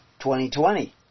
2020